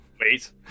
wait